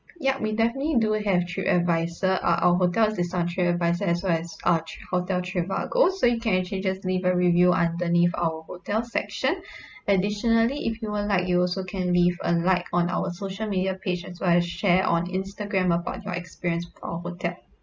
yup we definitely do have tripadvisor uh our hotel is listed on tripadvisor as well as uh t~ hotel trivago so you can actually just leave a review underneath our hotel section additionally if you would like you also can leave a like on our social media page as well as share on instagram about your experience with our hotel